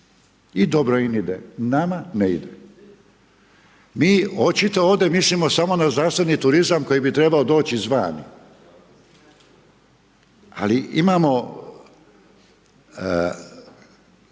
i dobro im ide. Nama ne ide. Mi očito ovdje mislimo samo na zdravstveni turizam koji bi trebao doći izvana ali imamo